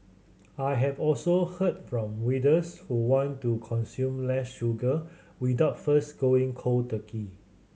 I have also heard from readers who want to consume less sugar without first going cold turkey